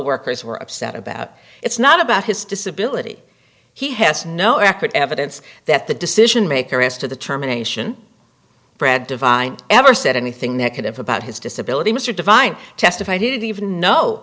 coworkers were upset about it's not about his disability he has no record evidence that the decision maker as to the terminations fred divine ever said anything negative about his disability mr divine testify didn't even know